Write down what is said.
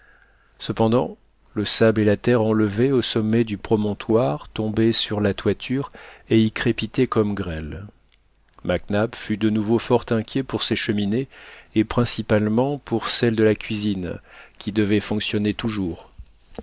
cependant le sable et la terre enlevés au sommet du promontoire tombaient sur la toiture et y crépitaient comme grêle mac nap fut de nouveau fort inquiet pour ses cheminées et principalement pour celle de la cuisine qui devait fonctionner toujours